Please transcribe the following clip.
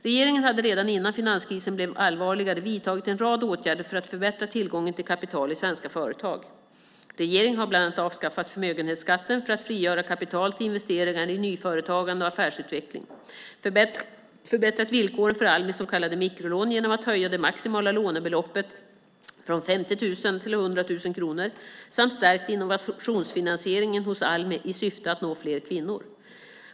Regeringen hade redan innan finanskrisen blev allvarligare vidtagit en rad åtgärder för att förbättra tillgången till kapital i svenska företag. Regeringen har bland annat avskaffat förmögenhetsskatten för att frigöra kapital till investeringar i nyföretagande och affärsutveckling, förbättrat villkoren för Almis så kallade mikrolån genom att höja det maximala lånebeloppet från 50 000 kronor till 100 000 kronor samt stärkt innovationsfinansieringen hos Almi i syfte att nå fler kvinnor.